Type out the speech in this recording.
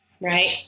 right